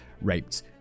raped